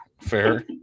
fair